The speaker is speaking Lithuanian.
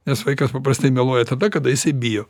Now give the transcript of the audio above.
nes vaikas paprastai meluoja tada kada jisai bijo